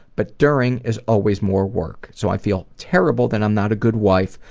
but during is always more work. so i feel terrible that i'm not a good wife,